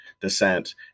Descent